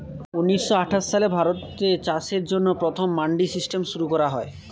উনিশশো আঠাশ সালে ভারতে চাষের জন্য প্রথম মান্ডি সিস্টেম শুরু করা হয়